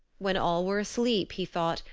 when all were asleep, he thought,